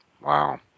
Wow